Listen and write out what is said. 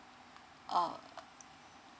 err